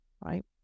right